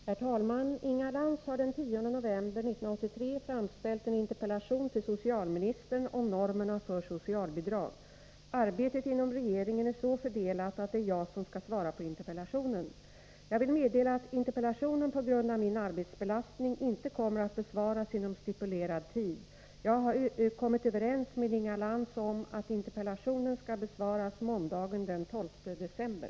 Herr talman! Inga Lantz har den 10 november 1983 framställt en interpellation till socialministern om normerna för socialbidrag. Arbetet inom regeringen är så fördelat att det är jag som skall svara på interpellationen. Jag vill meddela att interpellationen på grund av min arbetsbelastning inte kommer att besvaras inom stipulerad tid. Jag har kommit överens med Inga Lantz om att interpellationen skall besvaras måndagen den 12 december.